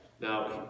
now